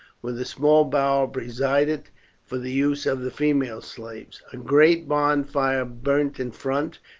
with a small bower beside it for the use of the female slaves. a great bonfire burnt in front,